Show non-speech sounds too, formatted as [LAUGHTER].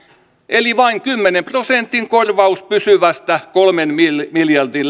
eli vain kymmenen prosentin korvaus pysyvästä kolmen miljardin [UNINTELLIGIBLE]